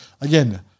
Again